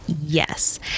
yes